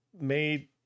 made